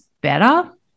better